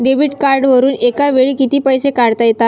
Debit कार्डवरुन एका वेळी किती पैसे काढता येतात?